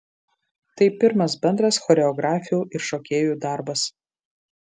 tai pirmas bendras choreografių ir šokėjų darbas